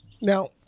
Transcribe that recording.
Now